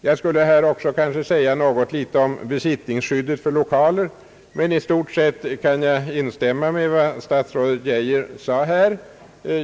Jag skulle också vilja säga något om besittningsskyddet för lokaler, men i stort sett kan jag instämma med vad statsrådet Geijer sade.